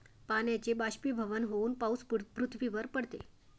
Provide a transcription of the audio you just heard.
पाण्याचे बाष्पीभवन होऊन पाऊस पृथ्वीवर पडतो